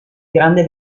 grande